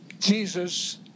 jesus